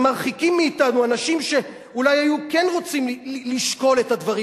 ומרחיקים מאתנו אנשים שאולי היו כן רוצים לשקול את הדברים,